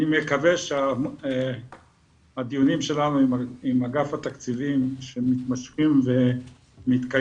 אני מקווה שהדיונים שלנו עם אגף התקציבים שמתמשכים ומתקיימים,